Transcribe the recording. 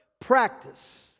practice